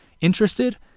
Interested